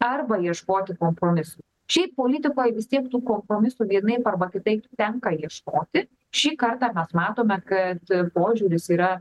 arba ieškoti kompromisų šiaip politikoj vis tiek tų propromisų vienaip arba kitaip tenka ieškoti šį kartą mes matome kad požiūris yra